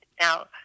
Now